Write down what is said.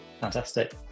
Fantastic